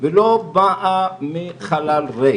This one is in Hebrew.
ולא באה מחלל ריק.